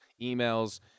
emails